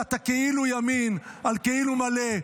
ממשלת הכאילו-ימין על כאילו מלא,